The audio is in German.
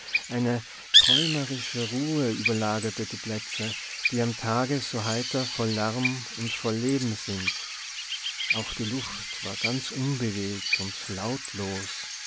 eine träumerische ruhe überlagerte die plätze die am tage so heiter voll lärm und voll leben sind auch die luft war ganz unbewegt und lautlos